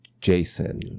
Jason